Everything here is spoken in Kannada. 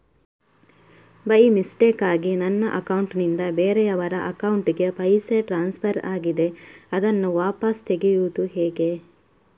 ಬೈ ಮಿಸ್ಟೇಕಾಗಿ ನನ್ನ ಅಕೌಂಟ್ ನಿಂದ ಬೇರೆಯವರ ಅಕೌಂಟ್ ಗೆ ಪೈಸೆ ಟ್ರಾನ್ಸ್ಫರ್ ಆಗಿದೆ ಅದನ್ನು ವಾಪಸ್ ತೆಗೆಯೂದು ಹೇಗೆ?